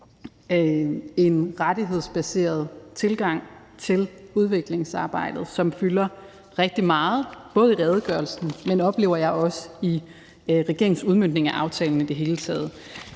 En rettighedsbaseret tilgang til udviklingsarbejdet, som fylder rigtig meget, både i redegørelsen, men også, oplever jeg, i regeringens udmøntning af aftalen i det hele taget.